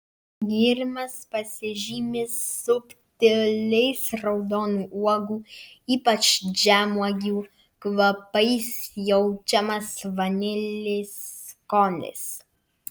gėrimas pasižymi subtiliais raudonų uogų ypač žemuogių kvapais jaučiamas vanilės skonis